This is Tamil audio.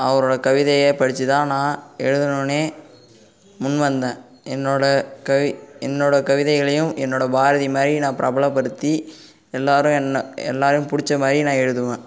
அவரோட கவிதையை படித்து தான் நான் எழுதுணுன்னே முன் வந்தேன் என்னோடய கவி என்னோடய கவிதைகளையும் என்னோடய பாரதி மாதிரி நான் பிரபலப்படுத்தி எல்லோரும் என்ன எல்லோருக்கும் பிடிச்ச மாதிரி நான் எழுதுவேன்